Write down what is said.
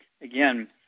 again